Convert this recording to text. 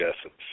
essence